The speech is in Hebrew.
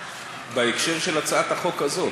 בהקשר של הצעת החוק הזאת.